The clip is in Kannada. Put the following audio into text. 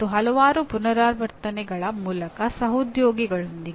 ನಾವು ನೋಡುವ ಮುಂದಿನ ಪದ "ಬೋಧನೆ"